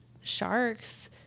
sharks